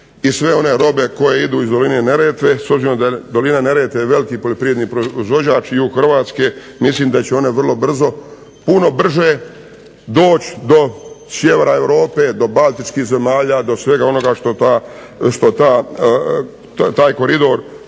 i sve one robe koje idu iz doline Neretve s obzirom da je dolina Neretve veliki poljoprivredni proizvođač i u Hrvatskoj mislim da će one vrlo brzo puno brže doći do sjevera Europe, do Baltičkih zemalja, do svega onoga što taj koridor